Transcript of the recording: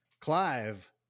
Clive